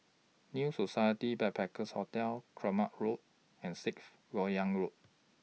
New Society Backpackers' Hotel Kramat Road and Sixth Lok Yang Road